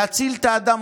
להציל את האדם,